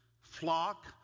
flock